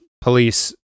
police